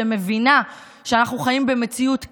שמבינה שאנחנו חיים במציאות קשה,